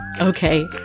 Okay